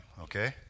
Okay